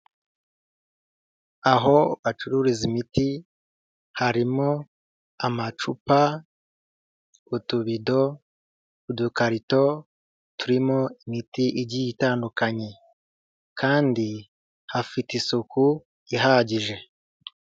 Aho bacururiza imiti harimo amacupa, utubido, udukarito turimo imiti igiye itandukanye kandi hafite isuku ihagije.